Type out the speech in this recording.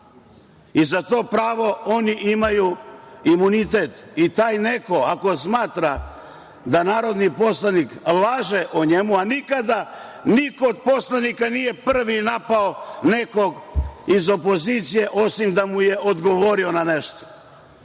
i za to pravo oni imaju imunitet i taj neko ako smatra da narodni poslanik laže o njemu, a nikada niko od poslanika nije prvi napao nekog iz opozicije osim da mu je odgovorio na nešto,